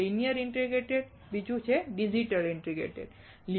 એક linear indicator circuits અને બીજું ડિજિટલ ઇન્ટિગ્રેટેડ સર્કિટ્સ છે